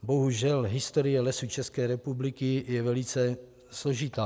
Bohužel historie Lesů České republiky je velice složitá.